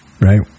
right